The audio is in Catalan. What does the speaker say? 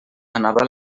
anava